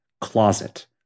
closet